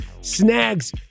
snags